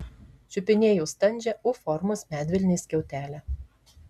čiupinėjo standžią u formos medvilnės skiautelę